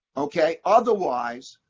ok? otherwise,